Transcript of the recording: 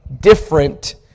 different